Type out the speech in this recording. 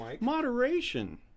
moderation